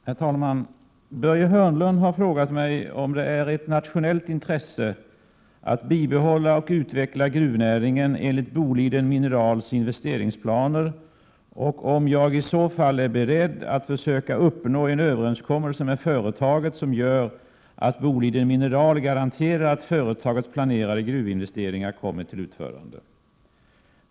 Herr talman! Börje Hörnlund har frågat mig om det är ett nationellt intresse att bibehålla och utveckla gruvnäringen enligt Boliden Minerals investeringsplaner och om jag i så fall är beredd att försöka uppnå en överenskommelse med företaget, som gör att Boliden Mineral garanterar att företagets planerade gruvinvesteringar kommer till utförande.